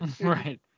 Right